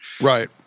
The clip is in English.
Right